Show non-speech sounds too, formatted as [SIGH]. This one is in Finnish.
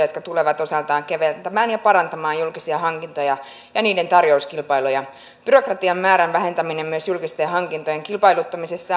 [UNINTELLIGIBLE] jotka tulevat osaltaan keventämään ja parantamaan julkisia hankintoja ja niiden tarjouskilpailuja byrokratian määrän vähentäminen myös julkisten hankintojen kilpailuttamisessa [UNINTELLIGIBLE]